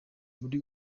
muri